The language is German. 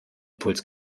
impuls